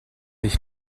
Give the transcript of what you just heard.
ich